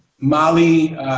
Molly